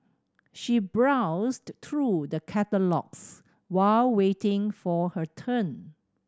she browsed through the catalogues while waiting for her turn